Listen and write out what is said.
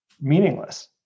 meaningless